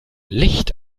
licht